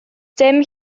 dim